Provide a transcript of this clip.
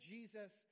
Jesus